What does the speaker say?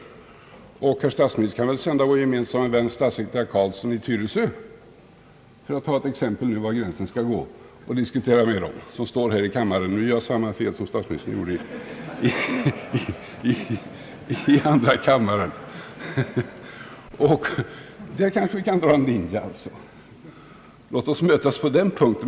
Statsministern som regeringschef kan väl sända vår gemensamma vän statssekreterare Ingvar Carlsson i Tyresö — för att nu ta ett exempel var gränsen skall gå — att resonera med dessa människor. Han står nu här i kammaren, och jag gör alltså samma fel som statsministern gjorde i andra kammaren! Där kanske vi kan dra en linje, låt oss mötas på den punkten!